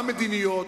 גם מדיניות,